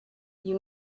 you